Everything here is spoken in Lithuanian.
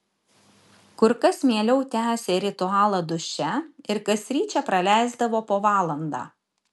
kur kas mieliau tęsė ritualą duše ir kasryt čia praleisdavo po valandą